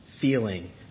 feeling